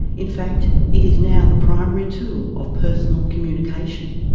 in fact, it is now the primary tool of personal communication.